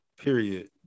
period